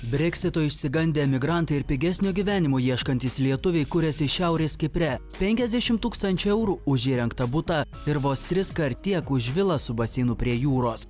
breksito išsigandę emigrantai ir pigesnio gyvenimo ieškantys lietuviai kuriasi šiaurės kipre penkiasdešimt tūkstančių eurų už įrengtą butą ir vos triskart tiek už vilą su baseinu prie jūros